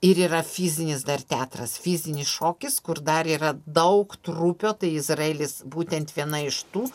ir yra fizinis dar teatras fizinis šokis kur dar yra daug trupių tai izraelis būtent viena iš tų